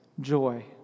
joy